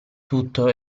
tutto